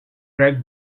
greg